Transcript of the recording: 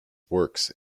works